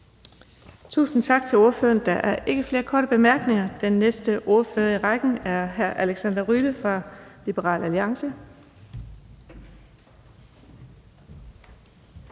Tusind tak til ordføreren. Der er ikke flere korte bemærkninger. Den næste ordfører i rækken er hr. Alexander Ryle fra Liberal Alliance.